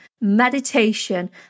meditation